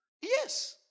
Yes